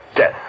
Death